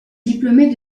diplômé